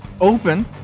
open